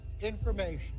information